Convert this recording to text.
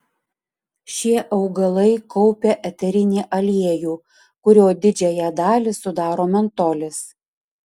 šie augalai kaupia eterinį aliejų kurio didžiąją dalį sudaro mentolis